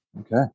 Okay